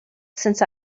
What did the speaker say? since